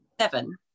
seven